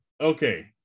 okay